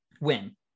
win